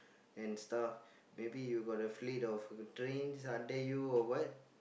and stuff maybe you got the fleet of trains under you or what